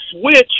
switch